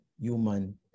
human